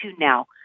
now